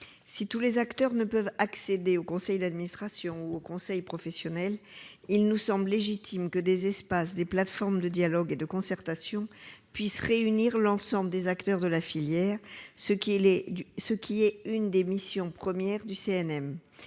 Si tous ne peuvent être représentés au conseil d'administration ou au conseil professionnel, il nous semble légitime que des espaces, des plateformes de dialogue et de concertation puissent réunir l'ensemble des acteurs de la filière, ce qui constitue l'une des missions premières du CNM.